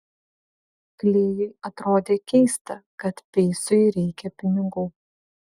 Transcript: klėjui atrodė keista kad peisui reikia pinigų